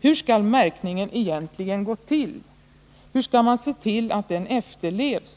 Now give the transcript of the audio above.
Hur skall märkningen egentligen gå till? Hur skall man se till att den efterlevs?